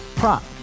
prop